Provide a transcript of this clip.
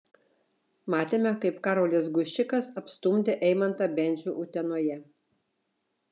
matėme kaip karolis guščikas apstumdė eimantą bendžių utenoje